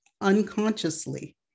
unconsciously